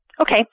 Okay